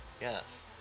Yes